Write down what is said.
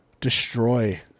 destroy